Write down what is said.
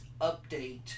update